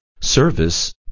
service